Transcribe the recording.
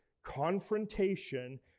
confrontation